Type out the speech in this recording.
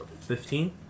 Fifteen